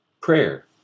Prayer